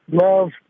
Love